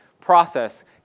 process